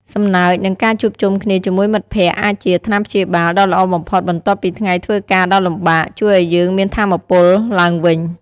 សំណើច និងការជួបជុំគ្នាជាមួយមិត្តភក្តិអាចជា "ថ្នាំព្យាបាល" ដ៏ល្អបំផុតបន្ទាប់ពីថ្ងៃធ្វើការដ៏លំបាក ជួយឱ្យយើងមានថាមពលឡើងវិញ។